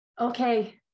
Okay